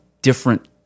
different